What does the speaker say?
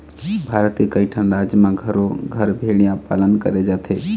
भारत के कइठन राज म घरो घर भेड़िया पालन करे जाथे